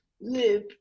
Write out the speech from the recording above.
live